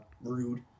rude